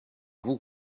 vous